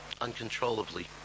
uncontrollably